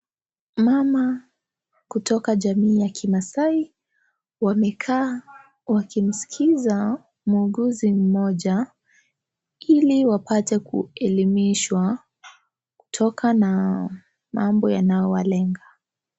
Mama kutoka jamii ya kimaasai, wamekaa wakimskiza muuguzi mmoja, ili wapate kuelimishwa kutoka na mambo yanayowalenga.